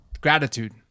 gratitude